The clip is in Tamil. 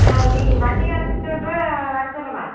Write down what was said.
ஆ நீங்கள் வண்டி அனுப்பிச்சி விட்டு வர சொல்லுங்க